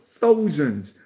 thousands